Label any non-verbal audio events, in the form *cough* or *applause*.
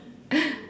*noise*